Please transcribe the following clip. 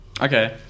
Okay